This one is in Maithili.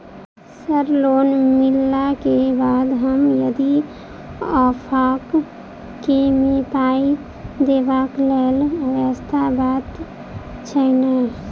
सर लोन मिलला केँ बाद हम यदि ऑफक केँ मे पाई देबाक लैल व्यवस्था बात छैय नै?